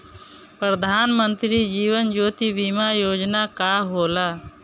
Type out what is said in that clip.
प्रधानमंत्री जीवन ज्योति बीमा योजना का होला?